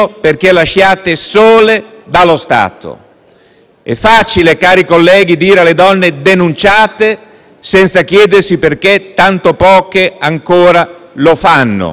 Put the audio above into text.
È facile, cari colleghi, dire alle donne di denunciare, senza chiedersi perché così poche ancora lo fanno, senza chiedersi perché ancora,